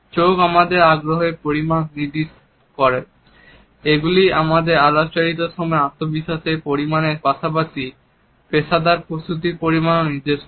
চোখ আমাদের আগ্রহের পরিমাণ নির্দেশ করে এগুলি আমাদের আলাপচারিতার সময় আত্মবিশ্বাস এর পরিমাণের পাশাপাশি পেশাদার প্রস্তুতির পরিমাণও নির্দেশ করে